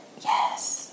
yes